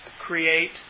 create